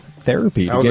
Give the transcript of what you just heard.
therapy